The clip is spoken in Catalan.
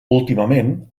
últimament